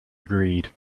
agreed